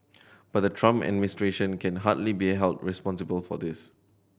but the Trump administration can hardly be a held responsible for this